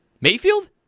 Mayfield